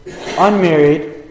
unmarried